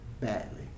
badly